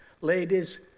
Ladies